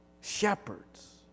shepherds